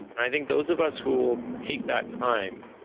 i think those of us who will take that time,